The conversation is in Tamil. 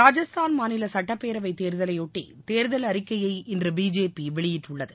ராஜஸ்தான் மாநில சட்டப்பேரவைத் தேர்தலை ஒட்டி தேர்தல் அறிக்கையை இன்று பிஜேபி வெளியிட்டுள்ளது